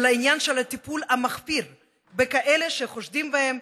אלא העניין של הטיפול המחפיר בכאלה שחושדים בהם,